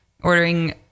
ordering